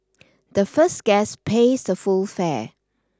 the first guest pays the full fare